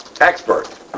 expert